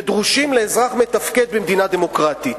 שדרושים לאזרח מתפקד במדינה דמוקרטית.